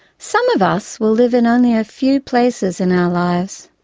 some of us will live in only a few places in our lives